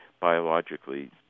biologically